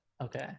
Okay